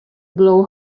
blow